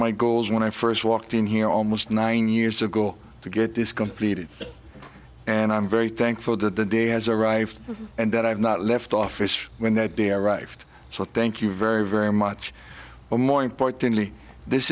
my goals when i first walked in here almost nine years ago to get this completed and i'm very thankful that the day has arrived and that i have not left office when that day i arrived so thank you very very much or more importantly this